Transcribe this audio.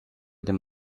them